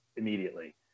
immediately